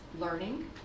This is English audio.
learning